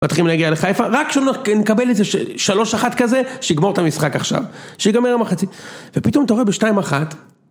מתחילים להגיע לחיפה, רק כשאנחנו נקבל איזה שלוש אחת כזה שיגמור את המשחק עכשיו שיגמר מחצית ופתאום אתה רואה בשתיים אחת